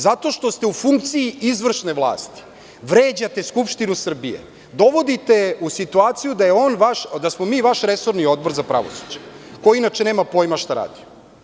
Zato što ste u funkciji izvršne vlasti vređate Skupštinu Srbije, dovodite je u situaciju da smo mi vaš resorni Odbor za pravosuđe, koji inače nema pojma šta radi.